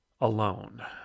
alone